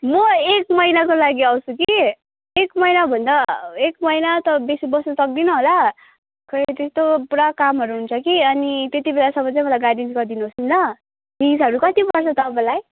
म ए महिनाको लागि आउँछु कि एक महिना भन्दा एक महिना त बेसी बस्न सक्दिनँ होला खै त्यस्तो पुरा कामहरू हुन्छ कि अनि त्यति बेलासम्म चाहिँ मलाई गाइडेन्स गरिदिनु होस् नि ल फिसहरू कति पर्छ तपाईँलाई